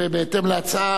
ובהתאם להצעה,